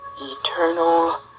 eternal